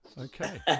Okay